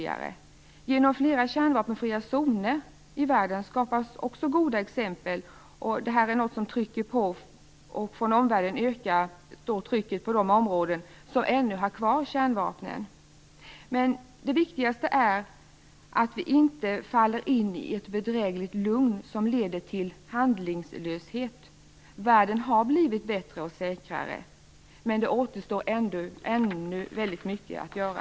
Genom fler kärnvapenfria zoner i världen skapas goda exempel samtidigt som trycket från omvärlden ökar på de områden som ännu har kvar kärnvapen. Men det viktigaste är att vi inte faller in i ett bedrägligt lugn som leder till handlingslöshet. Världen har blivit bättre och säkrare, men det återstår ännu mycket att göra.